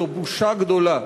זו בושה גדולה,